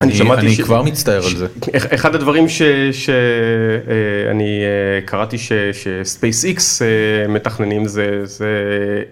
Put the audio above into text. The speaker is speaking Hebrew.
אני כבר מצטער על זה. אחד הדברים שאני קראתי שספייס X מתכננים זה.